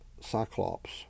Cyclops